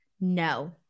no